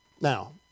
now